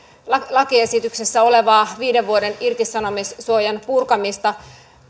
lakiesityksessä olevaa viiden vuoden irtisanomissuojan purkamista